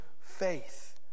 faith